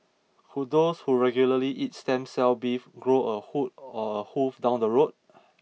could those who regularly eat stem cell beef grow a horn or a hoof down the road